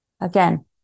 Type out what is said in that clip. Again